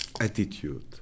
attitude